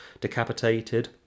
decapitated